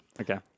Okay